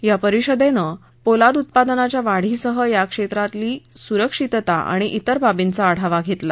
या परिषदेनं पोलाद उत्पादनाच्या वाढीसह या क्षेत्रातल्या सुरक्षीतता आणि इतर बाबींचा आढावा घेतला